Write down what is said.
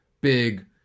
big